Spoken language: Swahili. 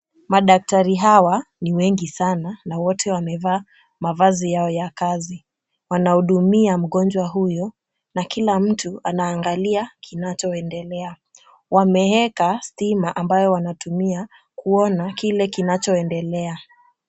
Madaktari hawa ni wengi sana na wote wamevaa mavazi yao ya kazi. Wanahudumia mgonjwa huyu na kila mtu anaangalia kinachoendelea. Wameeka stima ambayo wanatumia kuona kile kinachoendelea.